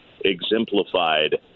exemplified